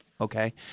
okay